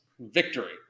Victory